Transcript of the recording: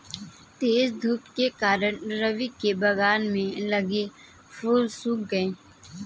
तेज धूप के कारण, रवि के बगान में लगे फूल सुख गए